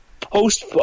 Post